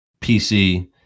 PC